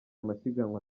amasiganwa